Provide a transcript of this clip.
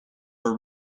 were